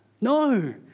No